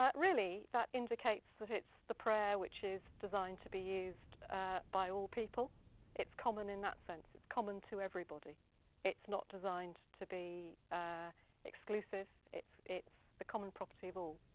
really that indicates that it's the prayer which is designed to be used by all people it's common in that sense it's common to everybody it's not designed to be exclusive, it's it's the common property of all.